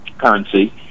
currency